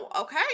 Okay